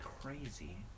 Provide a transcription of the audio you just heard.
crazy